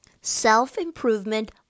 Self-improvement